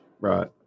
Right